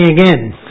again